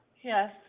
Yes